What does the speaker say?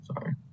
sorry